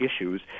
issues